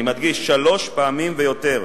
אני מדגיש: שלוש פעמים ויותר.